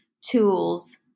tools